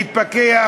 להתפכח,